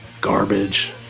garbage